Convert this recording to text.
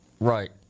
Right